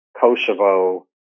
Kosovo